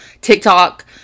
TikTok